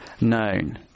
known